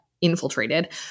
infiltrated